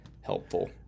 helpful